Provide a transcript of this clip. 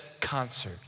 concert